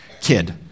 kid